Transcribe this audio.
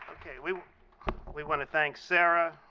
okay, we we want to thank sara,